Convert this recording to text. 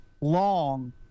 long